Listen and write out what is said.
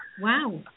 wow